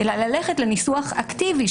ללכת לניסוח אקטיבי,